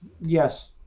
Yes